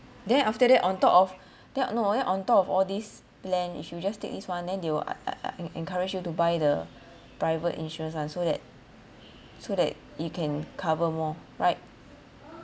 then after that on top of that no on top of all this plan you should just take this one then they will en~ encourage you to buy the private insurance ah so that so that you can cover more right